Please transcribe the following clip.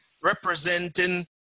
representing